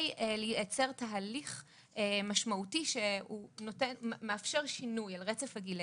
לייצר תהליך משמעותי שהוא נותן או מאפשר שינוי על רצף הגילאים.